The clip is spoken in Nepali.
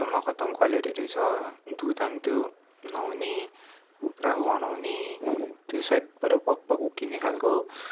खतम न खतम क्वालिटी रहेछ धुँदा त्यो नहुने पुरा गनाउने त्यो साइडबाट पक पक उक्किने खाले